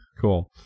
Cool